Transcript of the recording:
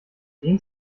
gehen